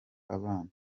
abana